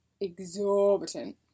exorbitant